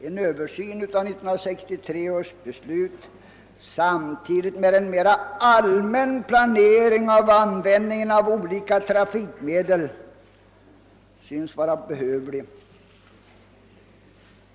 En översyn av 1963 års beslut samtidigt med en mera allmän planering av användningen av olika trafikmedel synes vara behövlig.